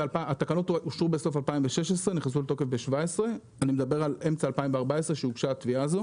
התקנות אושרו בסוף שנת 2016 ונכנסו לתוקף בשנת 2017. אני מדבר על אמצע שנת 2014 שאז הוגשה התביעה הזאת.